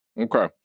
Okay